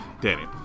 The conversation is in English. Danny